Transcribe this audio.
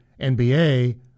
NBA